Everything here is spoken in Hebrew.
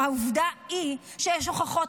העובדה היא שיש הוכחות,